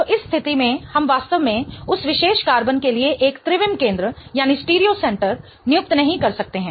तो इस स्थिति में हम वास्तव में उस विशेष कार्बन के लिए एक त्रिविम केंद्र नियुक्त नहीं कर सकते हैं